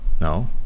no